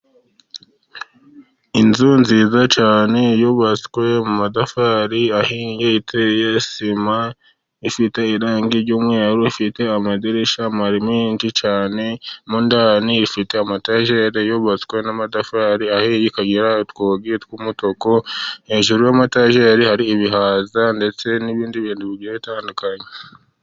Inzu nziza cyane yubatswe mu matafari ahinye iteye, iteye sima, ifite irangi ry'umweru, ifite amadirishya menshi cyane, mo ndani ifite ama etageri yubatswe n'amatafari ahiye, ikagira utwugi tw'umutuku, hejuru yama etageri hari ibihaza ndetse n'ibindi bintu bigiye bitandukanye.